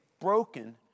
broken